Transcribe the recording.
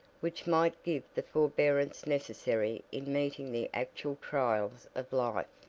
which might give the forbearance necessary in meeting the actual trials of life,